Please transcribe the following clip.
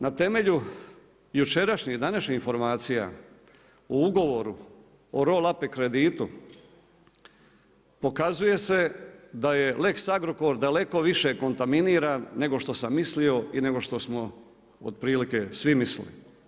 Na temelju jučerašnjih i današnjih informacija o ugovoru o roll up kreditu pokazuje se da je lex Agrokor daleko više kontaminiran nego što sam mislio i nego što smo otprilike svi mislili.